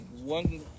one